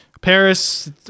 Paris